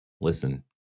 Listen